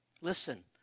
Listen